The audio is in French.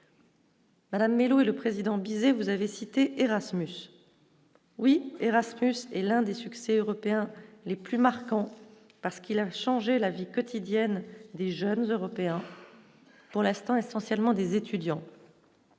Madame et le président Bizet et vous avez cité Erasmus oui Erasmus est l'un des succès européens les plus marquants, parce qu'il a changé la vie quotidienne des jeunes européens, pour l'instant, essentiellement des étudiants,